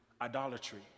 idolatry